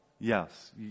Yes